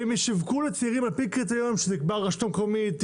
והן ישווקו לצעירים על-פי קריטריונים שתקבע הממשלה או הרשות המקומית.